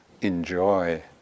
enjoy